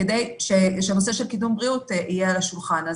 כדי שהנושא של קידום בריאות יהיה על השולחן.